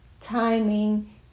timing